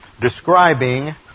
describing